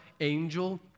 angel